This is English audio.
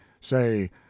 say